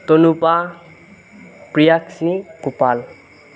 Tanupa Priyakshi Gopal